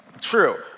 true